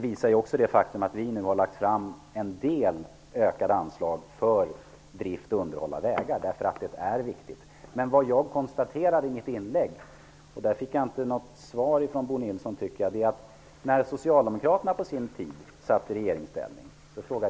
Faktum är att vi har lagt fram förslag om en del ökade anslag för drift och underhåll av vägar. Det är viktigt. Jag kommenterade i mitt inlägg -- där fick jag inte något svar från Bo Nilsson -- Socialdemokraternas tid i regeringsställning.